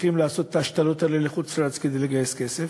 הולכים לעשות את ההשתלות האלה בחוץ-לארץ כדי לגייס כסף,